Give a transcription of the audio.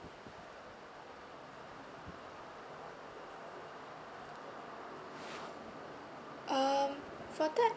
um for that